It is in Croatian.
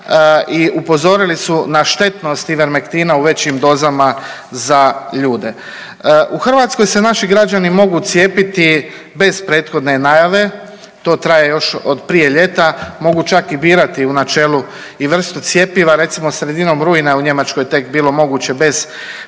i upozorili su na štetnost Ivermektina u većim dozama za ljude. U Hrvatskoj se naši građani mogu cijepiti bez prethodne najave. To traje još od prije ljeta. Mogu čak i birati u načelu i vrstu cjepiva. Recimo sredinom rujna je u Njemačkoj tek bilo moguće bez prethodne najave.